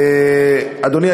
אדוני,